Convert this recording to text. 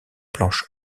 planche